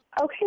okay